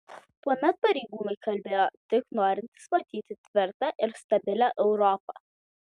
tuomet pareigūnai kalbėjo tik norintys matyti tvirtą ir stabilią europą